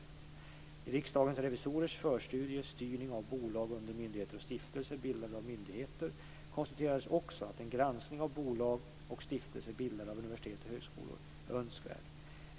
I Riksdagens revisorers förstudie Styrningen av bolag under myndigheter och stiftelser bildade av myndigheter konstateras också att en granskning av bolag och stiftelser bildade av universitet och högskolor är önskvärd.